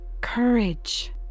Courage